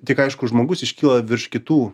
tik aišku žmogus iškyla virš kitų